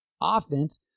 offense